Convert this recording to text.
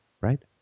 right